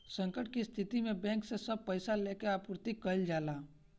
संकट के स्थिति में बैंक से सब पईसा लेके आपूर्ति कईल जाला